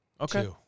Okay